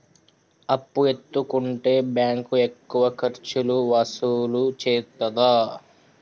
అప్పు ఎత్తుకుంటే బ్యాంకు ఎక్కువ ఖర్చులు వసూలు చేత్తదా?